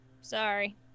Sorry